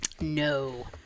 No